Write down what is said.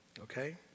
okay